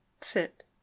Sit